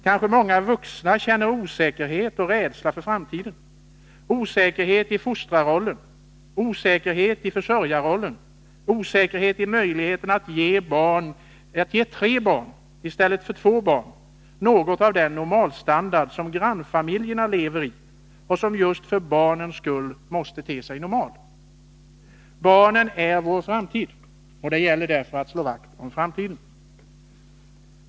Många vuxna kanske känner osäkerhet och rädsla för framtiden — osäkerhet i fostrarrollen, i försörjarrollen och när det gäller möjligheten att ge tre barn i stället för två något av den normalstandard som grannfamiljerna lever i och som just för barnens skull måste te sig normal. Barnen är vår framtid, och det gäller därför att slå vakt om framtiden.